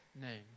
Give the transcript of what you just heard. name